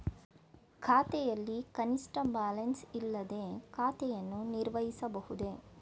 ಖಾತೆಯಲ್ಲಿ ಕನಿಷ್ಠ ಬ್ಯಾಲೆನ್ಸ್ ಇಲ್ಲದೆ ಖಾತೆಯನ್ನು ನಿರ್ವಹಿಸಬಹುದೇ?